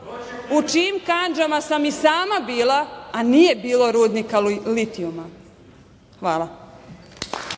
u čijim kandžama sam i sama bila, a nije bilo rudnika litijuma. Hvala.